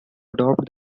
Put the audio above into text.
adopt